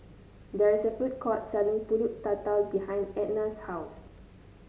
there is a food court selling pulut tatal behind Etna's house